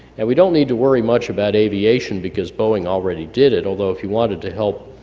and we don't need to worry much about aviation because boeing already did it, although, if you wanted to help